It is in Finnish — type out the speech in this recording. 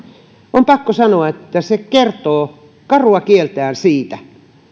on pakko sanoa että se kertoo karua kieltään siitä